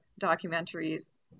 documentaries